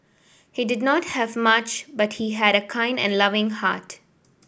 he did not have much but he had a kind and loving heart